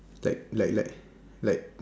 like like like like